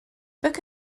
book